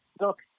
Look